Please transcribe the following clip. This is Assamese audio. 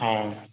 অঁ